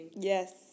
Yes